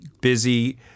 busy